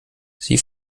sie